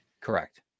Correct